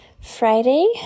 Friday